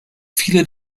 viele